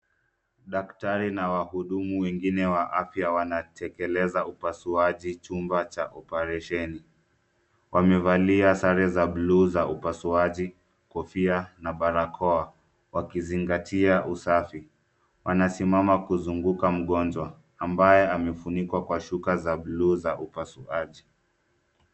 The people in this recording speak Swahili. Daktari na wahudumu wengine wa afya wanatekeleza upasuaji chumba cha oparesheni. Wamevalia sare za blue za upasuaji, kofia na barakoa, wakizingatia usafi. Wanasimama kuzunguka mgonjwa ambaye amefunikwa kwa shuka za blue za upasuaji.